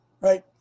right